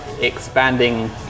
expanding